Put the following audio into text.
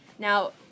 Now